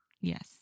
Yes